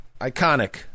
iconic